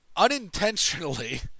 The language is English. unintentionally